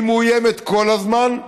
שהיא מאוימת כל הזמן,